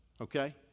okay